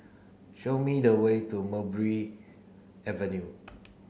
show me the way to Mulberry Avenue